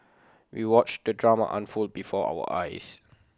we watched the drama unfold before our eyes